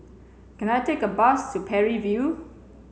can I take a bus to Parry View